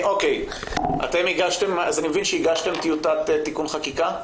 אוקיי, אני מבין שאתם הגשתם טיוטת תיקון חקיקה?